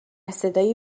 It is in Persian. صدای